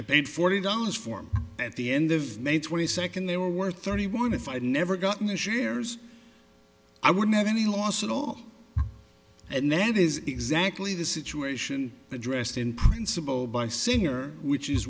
i paid forty dollars for at the end of may twenty second they were thirty one if i'd never gotten the shares i wouldn't have any loss at all and that is exactly the situation addressed in principle by singer which is